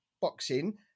boxing